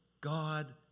God